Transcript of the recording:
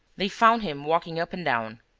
they found him walking up and down.